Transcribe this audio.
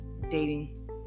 dating